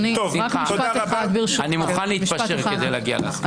אני מוכן להתפשר כדי להגיע להסכמות.